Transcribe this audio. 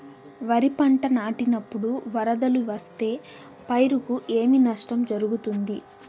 వరిపంట నాటినపుడు వరదలు వస్తే పైరుకు ఏమి నష్టం జరుగుతుంది?